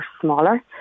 smaller